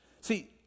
See